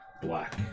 black